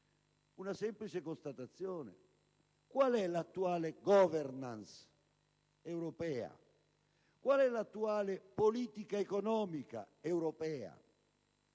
una semplice constatazione. Qual è l'attuale *governance* europea? Quale è l'attuale politica economica europea?